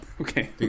Okay